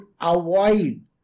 avoid